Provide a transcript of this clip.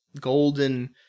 golden